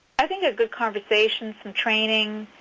i think a good conversation, some training,